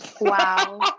Wow